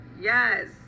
Yes